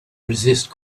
resist